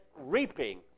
reaping